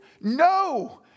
no